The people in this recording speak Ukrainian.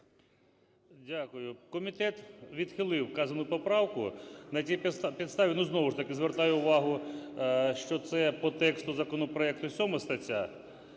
Дякую. Комітет відхилив вказану поправку на тій підставі… Ну знову ж таки звертаю увагу, що це по тексту законопроекту 7 стаття